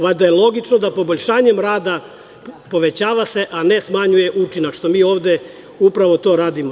Valjda je logično da se poboljšanjem rada povećava, a ne smanjuje učinak, što mi ovde upravo radimo.